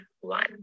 one